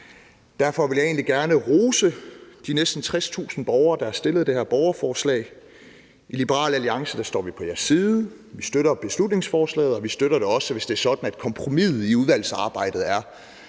Derfor vil jeg egentlig gerne rose de næsten 60.000 borgere, der har stillet det her borgerforslag. I Liberal Alliance står vi på jeres side. Vi støtter beslutningsforslaget, og vi støtter det også, hvis det er sådan, at kompromiset i udvalgsarbejdet er,